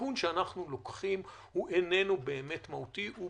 הסיכון שאנחנו לוקחים איננו באמת מהותי, והוא